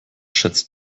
schätzt